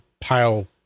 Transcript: pile